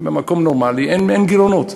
במקום נורמלי אין גירעונות.